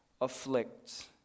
afflicts